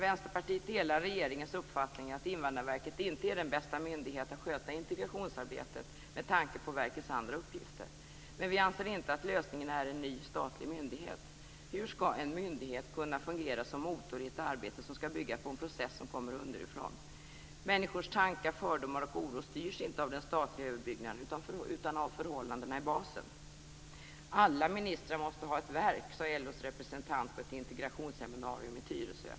Vänsterpartiet delar regeringens uppfattning att invandrarverket inte är den bästa myndigheten att sköta integrationsarbetet med tanke på verkets andra uppgifter. Men vi anser inte att lösningen är en ny statlig myndighet. För hur skall en myndighet kunna fungera som motor i ett arbete som skall bygga på en process som kommer underifrån? Människors tankar, fördomar och oro styrs inte av den statliga överbyggnaden, utan av förhållandena i basen. Alla ministrar måste ha ett verk, sa LO:s representant på ett integrationsseminarium i Tyresö.